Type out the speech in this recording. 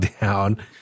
down